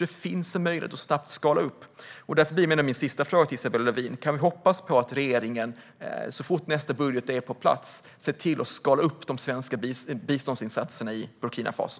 Det finns alltså en möjlighet att snabbt skala upp, och därför blir min sista fråga till Isabella Lövin: Kan vi hoppas på att regeringen så fort nästa budget är på plats ser till att skala upp de svenska biståndsinsatserna i Burkina Faso?